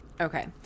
Okay